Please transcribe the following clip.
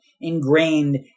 ingrained